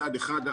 מצד אחד,